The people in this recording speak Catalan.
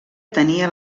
tenia